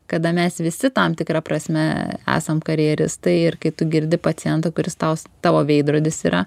kada mes visi tam tikra prasme esam karjeristai ir kai tu girdi pacientą kuris tau tavo veidrodis yra